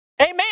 Amen